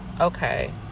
Okay